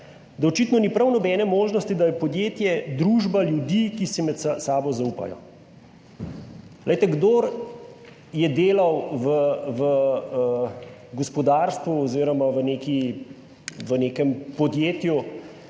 da očitno ni prav nobene možnosti, da je podjetje družba ljudi, ki si med sabo zaupajo. Glejte, kdor je delal v gospodarstvu oziroma v neki, v nekem podjetju,